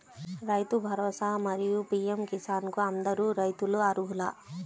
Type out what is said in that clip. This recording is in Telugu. రైతు భరోసా, మరియు పీ.ఎం కిసాన్ కు అందరు రైతులు అర్హులా?